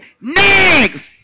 next